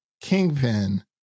Kingpin